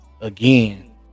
again